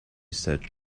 said